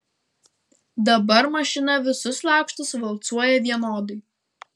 dabar mašina visus lakštus valcuoja vienodai